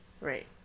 Right